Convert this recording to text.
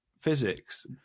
physics